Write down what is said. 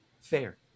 fair